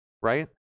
right